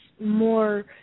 more